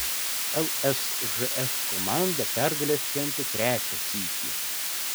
lsžf komanda pergalę šventė trečią sykį